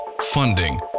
funding